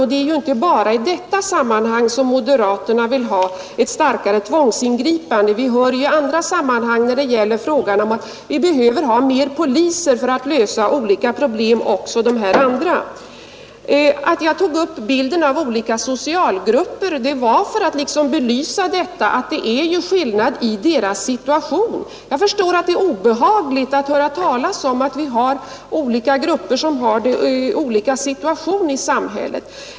Och det är ju inte bara i detta sammanhang som moderaterna vill ha ett starkare tvångsingripande. Vi hör det i andra sammanhang, t.ex. när det gäller frågan om att det behövs mer poliser för att lösa olika problem. Att jag tog med bilden av olika socialgrupper var för att belysa deras situation. Jag förstår att det är obehagligt att höra talas om att olika grupper har olika situation i vårt samhälle.